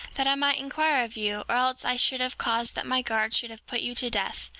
that i might inquire of you, or else i should have caused that my guards should have put you to death.